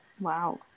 wow